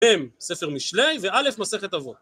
בים ספר משלי וא' מסכת אבות